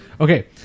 Okay